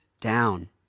down